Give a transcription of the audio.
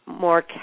more